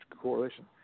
correlation